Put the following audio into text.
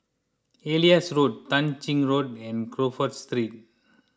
Elias Road Tah Ching Road and Crawford Street